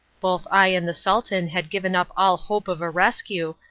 both i and the sultan had given up all hope of a rescue,